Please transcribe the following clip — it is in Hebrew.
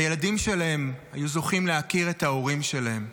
הילדים שלהם היו זוכים להכיר את ההורים שלהם.